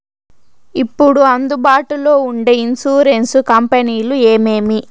ఇప్పుడు అందుబాటులో ఉండే ఇన్సూరెన్సు కంపెనీలు ఏమేమి?